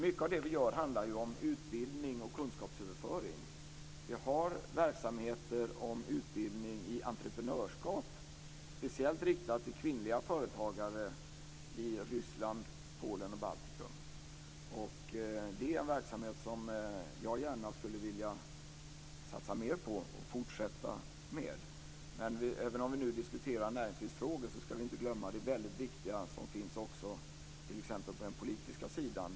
Mycket av det vi gör handlar ju om utbildning och kunskapsöverföring. Vi har verksamheter med utbildning i entreprenörskap speciellt riktat till kvinnliga företagare i Ryssland, Polen och Baltikum. Det är en verksamhet som jag gärna skulle vilja satsa mer på och fortsätta med. Men även om vi nu diskuterar näringlivsfrågor ska vi inte glömma det viktiga som finns på t.ex. den politiska sidan.